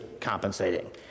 compensating